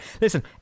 Listen